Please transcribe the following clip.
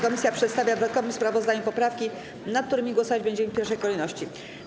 Komisja przedstawia, w dodatkowym sprawozdaniu, poprawki, nad którymi głosować będziemy w pierwszej kolejności.